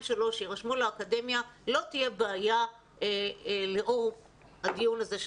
או שלוש הם ירשמו לאקדמיה ולא תהיה בעיה לאור הדיון הזה.